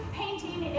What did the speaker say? painting